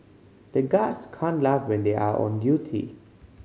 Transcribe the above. the guards can't laugh when they are on duty